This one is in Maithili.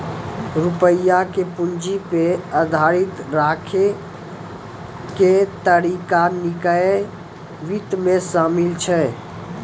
रुपया के पूंजी पे आधारित राखै के तरीका निकाय वित्त मे शामिल छै